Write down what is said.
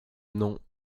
non